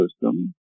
system